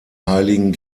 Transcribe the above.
heiligen